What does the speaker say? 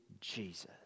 Jesus